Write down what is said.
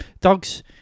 dogs